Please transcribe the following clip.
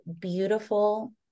beautiful